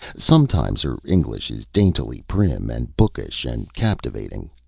sometimes her english is daintily prim and bookish and captivating.